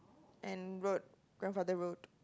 and wrote grandfather road